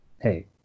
hey